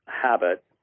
habit